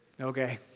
Okay